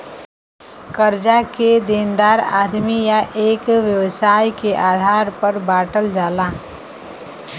कर्जा के देनदार आदमी या एक व्यवसाय के आधार पर बांटल जाला